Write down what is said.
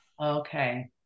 Okay